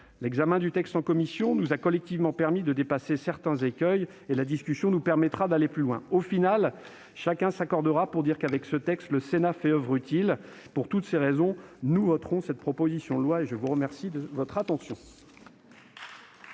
L'examen du texte en commission nous a collectivement permis de dépasser certains écueils. La discussion nous permettra d'aller plus loin. Au final, chacun s'accordera pour dire qu'avec ce texte le Sénat fait oeuvre utile. Pour toutes ces raisons, nous voterons cette proposition de loi. La parole est à M.